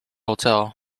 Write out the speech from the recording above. hotel